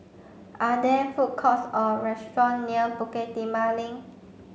are there food courts or restaurant near Bukit Timah Link